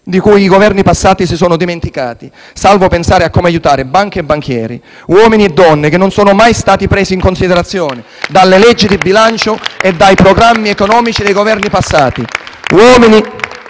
e i Governi passati se ne sono dimenticati, salvo pensare a come aiutare banche e banchieri. Sono uomini e donne che non sono mai stati presi in considerazione dalle leggi di bilancio e dai programmi economici dei Governi passati.